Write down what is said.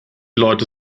leute